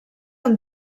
amb